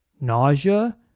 nausea